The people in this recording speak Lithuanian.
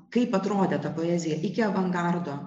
kaip atrodė ta poezija iki avangardo